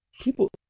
people